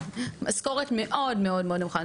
זה משכורת מאוד מאוד נמוכה.